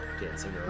dancing